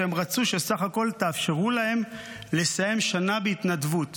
הם רצו שבסך הכול תאפשרו להם לסיים שנה בהתנדבות